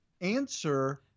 answer